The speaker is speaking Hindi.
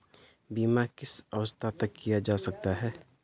बीमा किस अवस्था तक किया जा सकता है?